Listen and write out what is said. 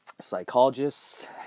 psychologists